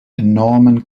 enormen